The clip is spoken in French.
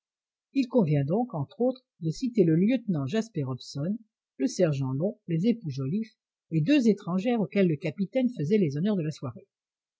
il convient donc entre autres de citer le lieutenant jasper hobson le sergent long les époux joliffe et deux étrangères auxquelles le capitaine faisait les honneurs de la soirée